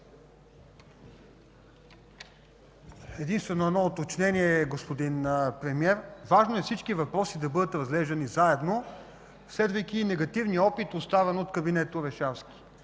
Единствено едно уточнение, господин Премиер. Важно е всички въпроси да бъдат разглеждани заедно, следвайки негативния опит, оставен от кабинета Орешарски.